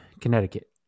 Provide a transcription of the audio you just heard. Connecticut